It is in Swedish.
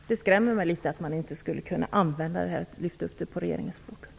Det skrämmer mig att detta inte skulle kunna lyftas upp på regeringens bord.